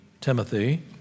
Timothy